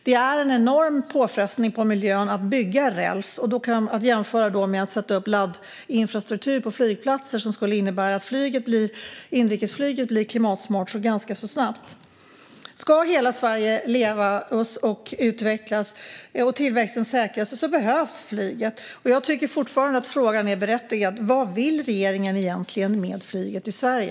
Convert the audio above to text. Det är en enorm påfrestning på miljön att bygga räls. Det kan man jämföra med att sätta upp laddinfrastruktur på flygplatser, som skulle innebära att inrikesflyget blir klimatsmart ganska snabbt. Ska hela Sverige leva och utvecklas och tillväxten säkras behövs flyget. Jag tycker fortfarande att frågan är berättigad: Vad vill regeringen egentligen med flyget i Sverige?